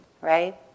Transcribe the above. right